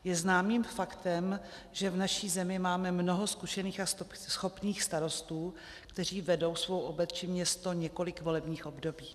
Je známým faktem, že v naší zemi máme mnoho zkušených a schopných starostů, kteří vedou svou obec či město několik volebních období.